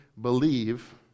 believe